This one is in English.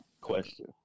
Question